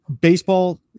Baseball